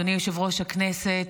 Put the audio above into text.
אדוני יושב-ראש הישיבה,